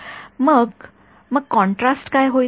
मग मग कॉन्ट्रास्ट काय होईल